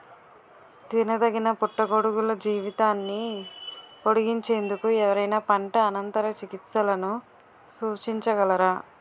తినదగిన పుట్టగొడుగుల జీవితాన్ని పొడిగించేందుకు ఎవరైనా పంట అనంతర చికిత్సలను సూచించగలరా?